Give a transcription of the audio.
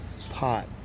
pot